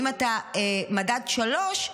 אם אתה מדד 3,